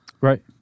Right